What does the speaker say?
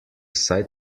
saj